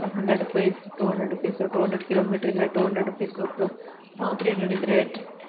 ಇವಾಗ hundred rupees two hundred rupees two hundred kilometre ಇದ್ದರೆ two hundred rupees three hundred ಇದ್ದರೆ